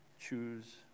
Choose